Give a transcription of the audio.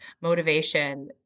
motivation